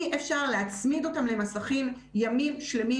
אי אפשר להצמיד אותם למסכים ימים שלמים,